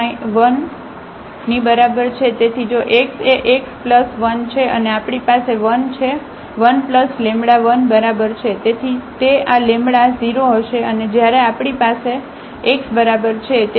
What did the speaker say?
તેથી જો x એ x 1 છે અને આપણી પાસે 1 છે 1λ 1 બરાબર છે તેથી તે આ λ 0 હશે અને જ્યારે આપણી પાસે x બરાબર છે